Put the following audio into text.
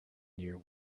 near